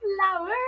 Flower